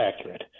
accurate